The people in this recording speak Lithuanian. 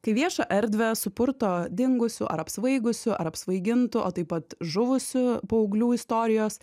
kai viešą erdvę supurto dingusių ar apsvaigusių ar apsvaigintų o taip pat žuvusių paauglių istorijos